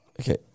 Okay